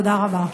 תודה רבה.